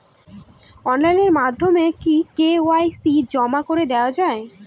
Online মাধ্যমে কি KYC জমা করে দেওয়া য়ায়?